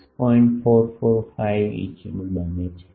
445 ઇંચનું બને છે